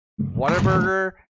Whataburger